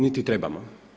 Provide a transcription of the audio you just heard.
Niti trebamo.